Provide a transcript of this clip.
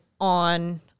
on